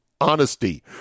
honesty